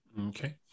Okay